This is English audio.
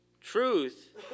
Truth